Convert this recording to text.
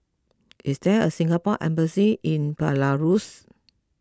is there a Singapore Embassy in Belarus